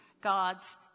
God's